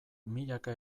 milaka